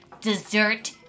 dessert